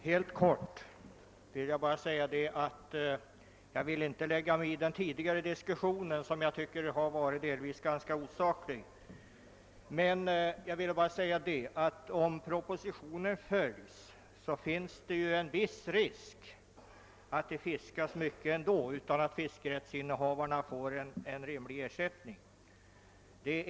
Herr talman! Jag skall inte lägga mig i den tidigare diskussionen, som jag tycker har varit delvis ganska osaklig. Men jag vill säga att även om propositionen följs, finns det en viss risk att det fiskas mycket utan att fiskerättsinnehavarna får rimlig ersättning.